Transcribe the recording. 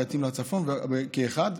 ויתאים לצפון כאחד,